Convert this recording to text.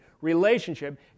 relationship